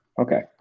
Okay